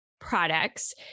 products